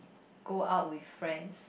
go out with friends